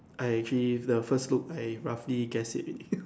I actually the first look I roughly guessed it already